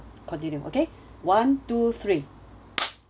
continue okay one two three